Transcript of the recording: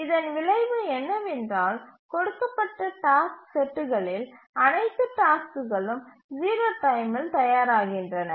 இதன் விளைவு என்னவென்றால் கொடுக்கப்பட்ட டாஸ்க் செட்டுகளில் அனைத்து டாஸ்க்குகளும் 0 டைமில் தயாராகின்றன